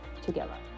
together